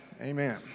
amen